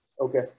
Okay